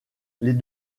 les